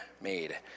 made